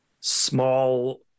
small